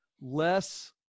less